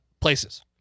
Places